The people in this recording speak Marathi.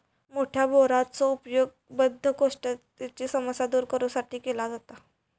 मोठ्या बोराचो उपयोग बद्धकोष्ठतेची समस्या दूर करू साठी केलो जाता